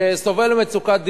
שסובל ממצוקת דיור,